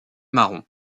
marron